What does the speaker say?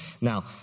Now